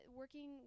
working